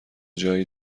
جایی